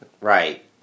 Right